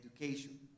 education